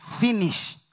finish